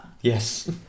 yes